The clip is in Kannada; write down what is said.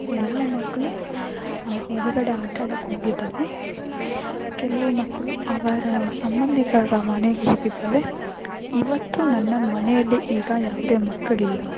ಎಲ್ಲ ಮಕ್ಕಳು ಹೊರಗಡೆ ಆಟ ಆಡಕ್ಕೆ ಹೋಗಿದ್ದಾವೆ ಕೆಲವು ಮಕ್ಕಳು ಅವರ ಸಂಬಂಧಿಕರ ಮನೆಗೆ ಹೋಗಿದ್ದಾವೆ ಇವತ್ತು ನನ್ನ ಮನೆಯಲ್ಲಿ ಈಗ ಯಾವುದೇ ಮಕ್ಕಳಿಲ್ಲ ಅಂತ